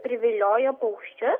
privilioja paukščius